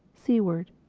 seaward.